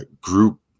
group